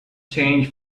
change